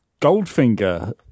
Goldfinger